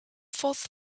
fourth